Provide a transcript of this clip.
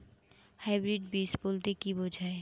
Hybrid বীজ বলতে কী বোঝায়?